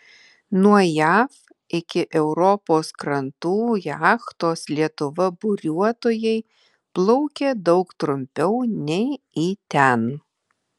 nuo jav iki europos krantų jachtos lietuva buriuotojai plaukė daug trumpiau nei į ten